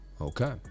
Okay